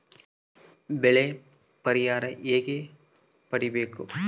ಬೆಳೆ ಪರಿಹಾರ ಹೇಗೆ ಪಡಿಬೇಕು?